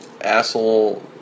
asshole